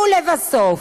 ולבסוף,